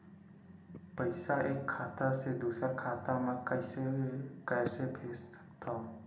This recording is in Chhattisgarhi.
पईसा एक खाता से दुसर खाता मा कइसे कैसे भेज सकथव?